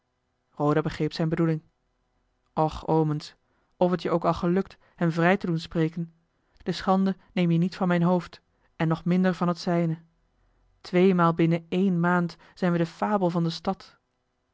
roda begreep zijne bedoeling och omens of het je ook al gelukt hem vrij te doen spreken de schande neem je niet van mijn hoofd en nog minder van het eli heimans willem roda zijne tweemaal binnen ééne maand zijn we de fabel van de stad